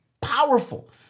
powerful